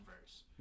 verse